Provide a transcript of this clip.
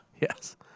Yes